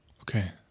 Okay